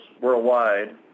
worldwide